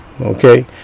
okay